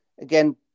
again